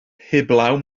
heblaw